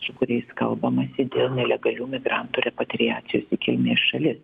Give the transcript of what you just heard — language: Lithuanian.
su kuriais kalbamasi dėl nelegalių imigrantų repatriacijos į kilmės šalis